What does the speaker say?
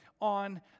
on